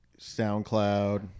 SoundCloud